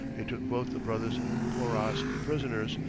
they took both the brothers porras prisoners,